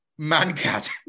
Mancat